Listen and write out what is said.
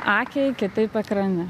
akiai kitaip ekrane